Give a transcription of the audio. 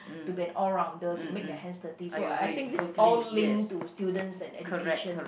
to be an all rounder to make their hands dirty so I I think this all link to students and education